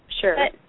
sure